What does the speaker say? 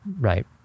Right